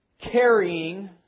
carrying